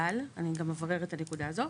אבל, ואני אברר את הנקודה הזאת.